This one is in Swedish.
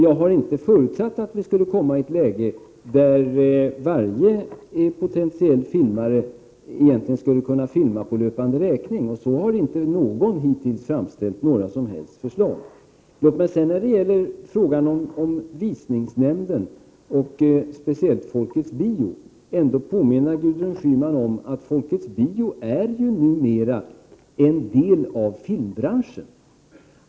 Jag har inte förutsatt att vi skulle komma i ett läge där varje potentiell filmare egentligen skulle kunna filma på löpande räkning. Sådana förslag har hittills inte framställts av någon. När det gäller frågan om Visningsnämnden, och speciellt Folkets Bio, vill jag ändå påminna Gudrun Schyman om att Folkets Bio numera är en del av filmbranschen.